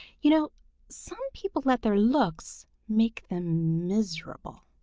you know some people let their looks make them miserable.